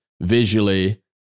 visually